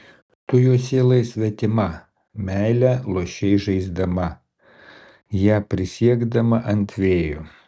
tu jo sielai svetima meilę lošei žaisdama ją prisiekdama ant vėjo